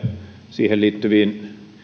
siihen liittyviin